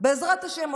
בעזרת השם,